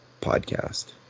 podcast